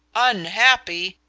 unhappy!